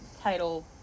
title